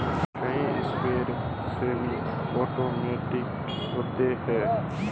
कुछ sprayer semi automatic होते हैं